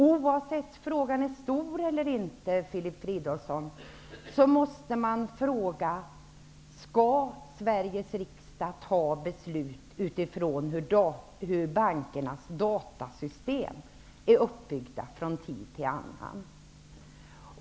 Oavsett om frågan är stor eller liten, Filip Fridolfsson, måste man fråga: Skall Sveriges riksdag fatta beslut utifrån hur bankernas datasystem är uppbyggda från tid till annan?